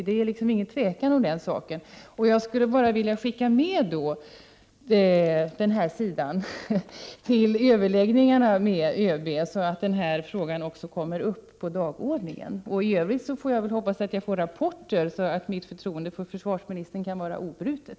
Det är inget tvivel om den saken. Jag skulle vilja skicka med den här helsidan till överläggningarna med ÖB med förhoppning om att också denna fråga kommer upp på dagordningen. I Övrigt får jag hoppas att jag får rapporter från överläggningarna, så att mitt förtroende för försvarsministern kan förbli obrutet.